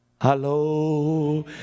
Hello